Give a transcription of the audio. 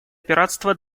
пиратства